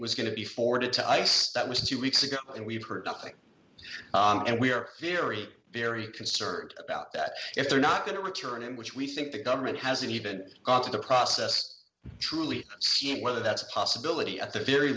was going to be forwarded to ice that was two weeks ago and we've heard nothing and we are very very concerned about that if they're not going to return him which we think the government hasn't even got to the process truly whether that's a possibility at the very